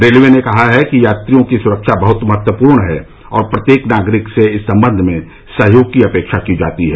railway ने कहा है कि यात्रियों की सुरक्षा बहुत महत्वपूर्ण है और प्रत्येक नागरिक से इस संबंध में सहयोग की अपेक्षा की जाती है